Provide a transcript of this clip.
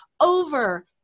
over